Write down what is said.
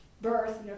birth